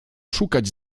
szukać